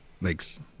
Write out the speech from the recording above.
Makes